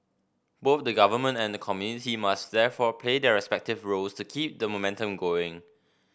both the government and the community must therefore play their respective roles to keep the momentum going